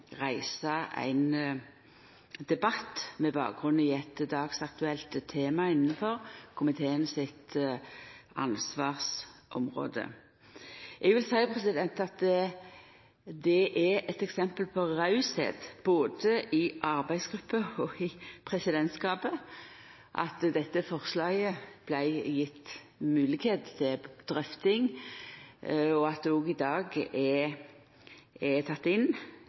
reisa ein debatt, med bakgrunn i eit dagsaktuelt tema innanfor komiteen sitt ansvarsområde. Eg vil seia at det er eit eksempel på at dei var rause, både i arbeidsgruppa og i presidentskapet, ved at ein fekk moglegheit til å drøfta dette forslaget, og at det i dag er teke inn